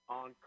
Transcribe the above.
on